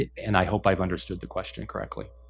and i hope i've understood the question correctly.